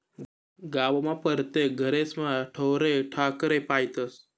गावमा परतेक घरेस्मा ढोरे ढाकरे पायतस